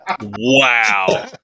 Wow